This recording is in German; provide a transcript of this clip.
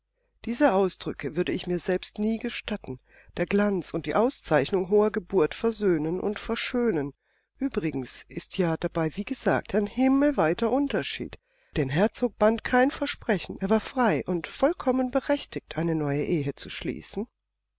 diese ausdrücke würde ich mir selbst nie gestatten der glanz und die auszeichnung hoher geburt versöhnen und verschönen uebrigens ist ja dabei wie gesagt ein himmelweiter unterschied den herzog band kein versprechen er war frei und vollkommen berechtigt eine neue ehe zu schließen